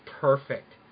perfect